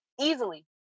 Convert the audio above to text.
easily